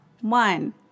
One